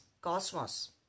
cosmos